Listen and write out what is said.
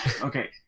okay